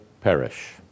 perish